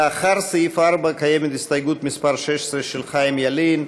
לאחרי סעיף 4 קיימת הסתייגות מס' 16 של חיים ילין.